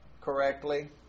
correctly